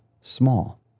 small